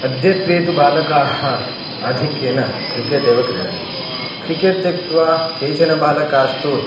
अद्यत्वे तु बालकाः आधिक्येन क्रिकेट् एव क्रीडन्ति क्रिकेट् त्यक्त्वा केचन बालकास्तु